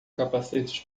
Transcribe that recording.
capacetes